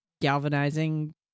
galvanizing